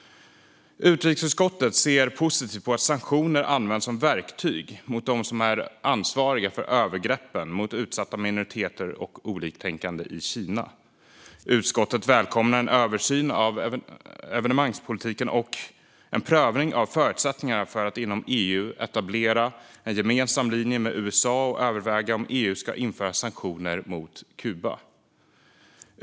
Utskottet ser positivt på att sanktioner används som verktyg mot dem som är ansvariga för övergreppen mot utsatta minoriteter och oliktänkande i Kina. Utskottet välkomnar en översyn av evenemangspolitiken och en prövning av förutsättningarna för att inom EU etablera en gemensam linje med USA och överväga om EU ska införa sanktioner mot Kuba.